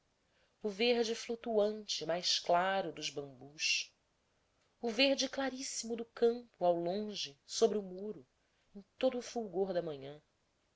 o verde flutuante mais claro dos bambus o verde claríssimo do campo ao longe sobre o muro em todo o fulgor da manhã